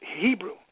Hebrew